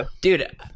Dude